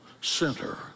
center